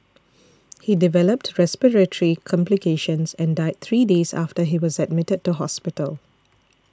he developed respiratory complications and died three days after he was admitted to hospital